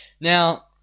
Now